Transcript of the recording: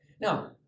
Now